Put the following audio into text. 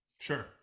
Sure